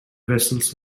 vessels